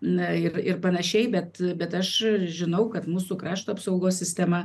na ir ir panašiai bet bet aš žinau kad mūsų krašto apsaugos sistema